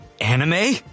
Anime